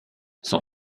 son